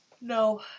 No